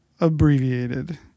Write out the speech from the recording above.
abbreviated